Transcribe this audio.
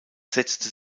setzte